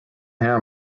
hea